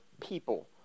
people